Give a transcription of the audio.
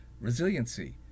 resiliency